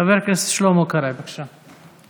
חבר הכנסת שלמה קרעי, בבקשה.